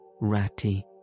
Ratty